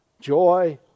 joy